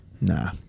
Nah